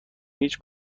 هیچ